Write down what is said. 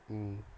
mm